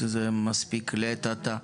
זה מספיק לעת עתה.